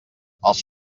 els